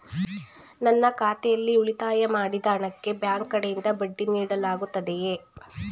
ನನ್ನ ಖಾತೆಯಲ್ಲಿ ಉಳಿತಾಯ ಮಾಡಿದ ಹಣಕ್ಕೆ ಬ್ಯಾಂಕ್ ಕಡೆಯಿಂದ ಬಡ್ಡಿ ನೀಡಲಾಗುತ್ತದೆಯೇ?